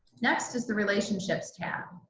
next is the relationships tab.